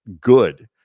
good